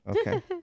Okay